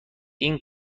این